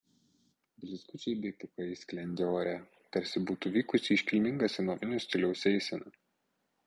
blizgučiai bei pūkai sklendė ore tarsi būtų vykusi iškilminga senovinio stiliaus eisena